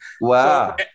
Wow